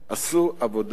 עשו עבודה מדהימה: